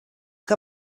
que